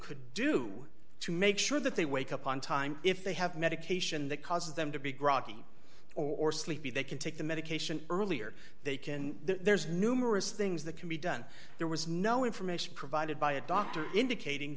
could do to make sure that they wake up on time if they have medication that causes them to be groggy or sleepy they can take the medication earlier they can there's numerous things that can be done there was no information provided by a doctor indicating